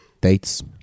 dates